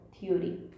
theory